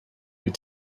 wyt